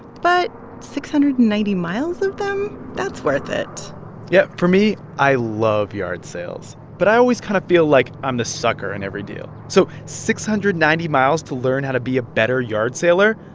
but six hundred and ninety miles of them, that's worth it yeah. for me, i love yard sales. but i always kind of feel like i'm the sucker in every deal. so six hundred and ninety miles to learn how to be a better yard saler,